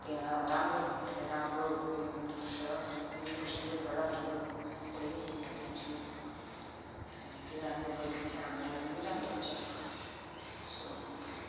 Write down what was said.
त्यहाँ राम्रो भन्दाखेरि राम्रो गरिदिनुपर्छ दिनुपर्छ त्यो प्रडक्टहरू त्यही भन्नेछु अनि त्यो राम्रो गरिदियो भने चाहिँ हामीहरूलाई पनि राम्रो हुन्छ सो